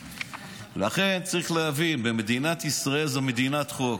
לכן צריך להבין, מדינת ישראל היא מדינת חוק,